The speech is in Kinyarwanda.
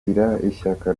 ishyaka